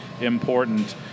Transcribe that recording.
important